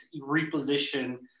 reposition